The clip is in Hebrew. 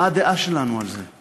מה הדעה שלנו על זה?